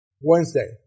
Wednesday